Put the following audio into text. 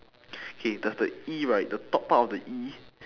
okay does the E right the top part of the E